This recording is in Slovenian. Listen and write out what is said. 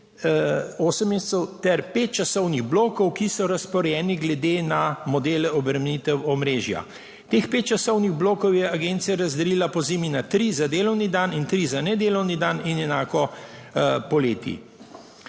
osem mesecev, ter pet časovnih blokov, ki so razporejeni glede na modele obremenitev omrežja. Teh pet časovnih blokov je agencija razdelila pozimi na tri za delovni dan in tri za nedelovni dan in enako poleti.